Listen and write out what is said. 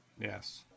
Yes